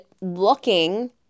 looking